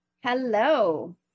Hello